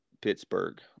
Pittsburgh